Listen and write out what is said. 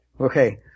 okay